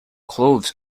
clothes